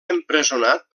empresonat